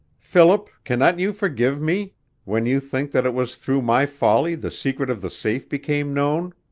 philip, cannot you forgive me when you think that it was through my folly the secret of the safe became known?